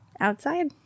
outside